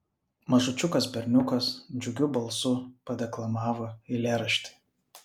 mažučiukas berniukas džiugiu balsu padeklamavo eilėraštį